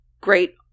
Great